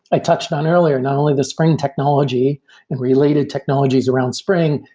i touched on earlier not only the spring technology and related technologies around spring,